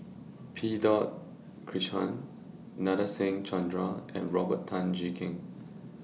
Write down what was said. P Krishnan Nadasen Chandra and Robert Tan Jee Keng